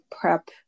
prep